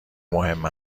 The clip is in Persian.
مهم